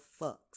fucks